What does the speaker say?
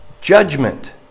judgment